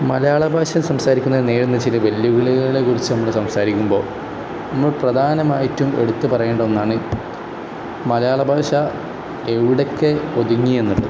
മലയാള ഭാഷ സംസാരിക്കുന്ന നേരിടുന്ന ചില വെല്ലുവിളികളെ കുറിച്ചു നമ്മൾ സംസാരിക്കുമ്പോൾ നമ്മൾ പ്രധാനമായിട്ടും എടുത്ത് പറയേണ്ട ഒന്നാണ് മലയാളഭാഷ എവിടെയൊക്കെ ഒതുങ്ങി എന്നുള്ളത്